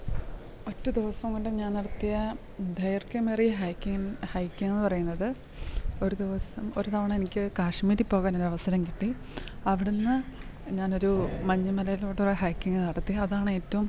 ഒറ്റ ദിവസം കൊണ്ട് ഞാൻ നടത്തിയ ദൈർഘ്യമേറിയ ഹൈക്കിങ് ഹൈക്കിങ്ന്ന് പറയുന്നത് ഒരു ദിവസം ഒരു തവണ എനിക്ക് കാശ്മീരി പോകാന് ഒരവസരം കിട്ടി അവിടുന്ന് ഞാൻ ഒരു മഞ്ഞ് മലയിലൂടെ ഒരു ഹൈക്കിങ് നടത്തി അതാണ് ഏറ്റവും